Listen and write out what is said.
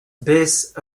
based